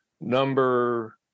Number